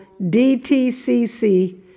DTCC